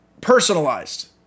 Personalized